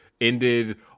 ended